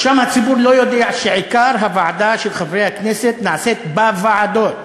הציבור לא יודע שעיקר העבודה של חברי הכנסת נעשית בוועדות,